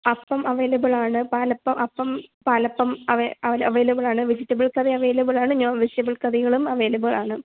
അപ്പം അവൈലബിൾ ആണ് പാലപ്പം അപ്പം പാലപ്പം അവൈ അവൈലബിൾ ആണ് വെജിറ്റബിൾ കറി അവൈലബിൾ ആണ് നോൺ വെജിറ്റബിൾ കറികളും അവൈലബിൾ ആണ്